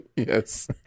Yes